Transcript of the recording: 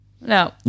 No